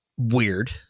Weird